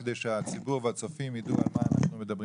כדי שהציבור יידע על מה אנחנו מדברים.